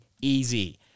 Easy